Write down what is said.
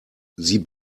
sie